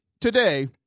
today